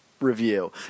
review